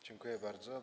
Dziękuję bardzo.